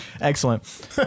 Excellent